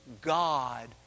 God